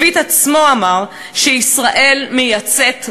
לויט עצמו אמר שישראל מייצאת מדענים.